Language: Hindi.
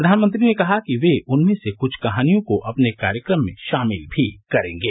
प्रधानमंत्री ने कहा कि वे उनमें से कुछ कहानियों को अपने कार्यक्रम में शामिल भी करेंगे